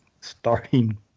starting